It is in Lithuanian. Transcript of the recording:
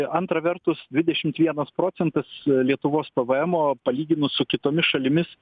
antra vertus dvidešimt vienas procentas lietuvos pv emo palyginus su kitomis šalimis